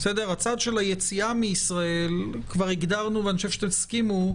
הצד של היציאה מישראל כבר הגדרנו ואני חושב שתסכימו,